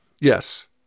Yes